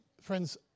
friends